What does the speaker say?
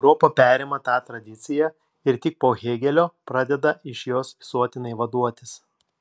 europa perima tą tradiciją ir tik po hėgelio pradeda iš jos visuotinai vaduotis